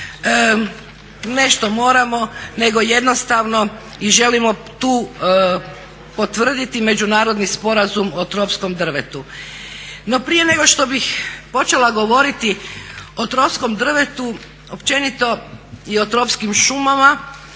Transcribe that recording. nešto moramo, nego jednostavno i želimo tu potvrditi međunarodni sporazum o tropskom drvetu. No, prije nego što bih počela govoriti o tropskom drvetu, općenito i o tropskim šumama